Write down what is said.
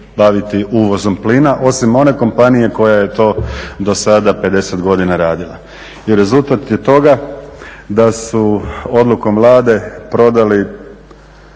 uvozom plina. Osim one kompanije koja je to dosada 50 godina radila. I rezultat je toga da su odlukom Vlade prodali